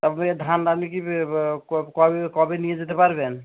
আপনি ধান আমি কি ক কবে কবে নিয়ে যেতে পারবেন